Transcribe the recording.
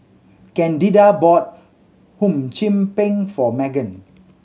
Candida bought Hum Chim Peng for Meaghan